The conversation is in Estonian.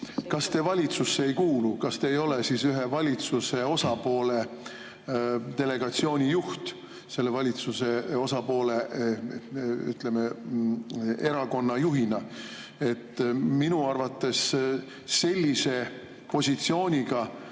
Kas te valitsusse ei kuulu? Kas te ei ole siis ühe valitsuse osapoole delegatsiooni juht selle valitsuse osapoole erakonna juhina? Minu arvates sellise positsiooniga